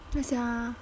ya sia